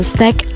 Stack